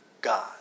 God